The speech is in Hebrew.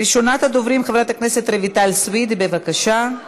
ראשונת הדוברים, חברת הכנסת רויטל סויד, בבקשה.